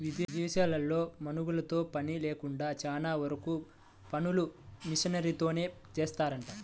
ఇదేశాల్లో మనుషులతో పని లేకుండా చానా వరకు పనులు మిషనరీలతోనే జేత్తారంట